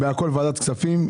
הכול בוועדת הכספים.